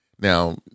Now